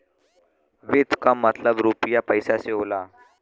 वित्त क मतलब रुपिया पइसा से होला